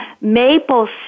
maple